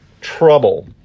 trouble